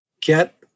get